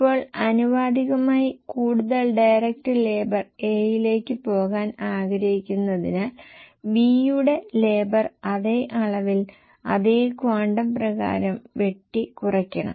ഇപ്പോൾ ആനുപാതികമായി കൂടുതൽ ഡയറക്ട് ലേബർ A യിലേക്ക് പോകാൻ ആഗ്രഹിക്കുന്നതിനാൽ B യുടെ ലേബർ അതേ അളവിൽ അതേ ക്വാണ്ടം പ്രകാരം വെട്ടി കുറക്കണം